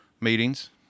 meetings